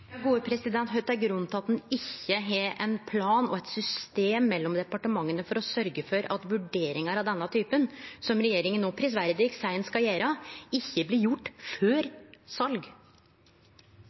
er grunnen til at ein ikkje har ein plan og eit system mellom departementa for å sørgje for at vurderingar av denne typen, som regjeringa no prisverdig seier dei skal gjere, ikkje blir gjort før